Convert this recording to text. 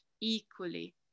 equally